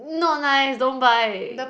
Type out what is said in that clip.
not nice don't buy